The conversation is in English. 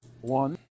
One